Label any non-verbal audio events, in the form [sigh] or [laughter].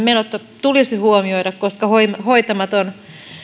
[unintelligible] menot tulisi huomioida koska hoitamattomana